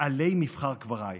עלי מבחר קברייך".